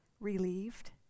Relieved